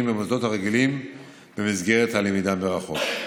במוסדות הרגילים במסגרת הלמידה מרחוק.